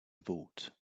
vote